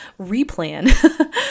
replan